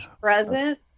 present